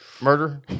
Murder